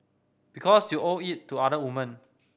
because you owe it to other women